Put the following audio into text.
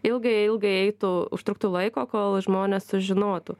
ilgai ilgai eitų užtruktų laiko kol žmonės sužinotų